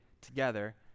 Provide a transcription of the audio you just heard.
together